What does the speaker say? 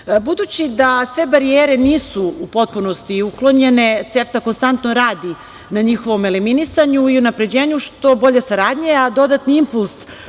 Budući da sve barijere nisu u potpunosti uklonjene CEFTA konstantno radi na njihovom eliminisanju i unapređenju što bolje saradnje, a dodatni impuls